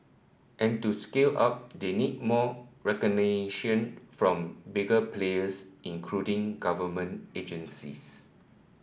and to scale up they need more recognition from bigger players including government agencies